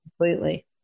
Completely